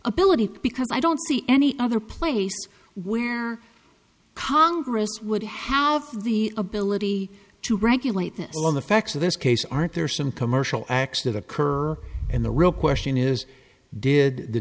ability because i don't see any other place where congress would have the ability to regulate this on the facts of this case aren't there some commercial acts that occur and the real question is did the